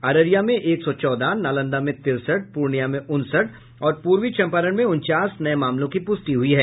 अररिया में एक सौ चौदह नालंदा में तिरसठ पूर्णिया में उनसठ और पूर्वी चंपारण में उनचास नये मामलों की पुष्टि हुई है